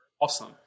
awesome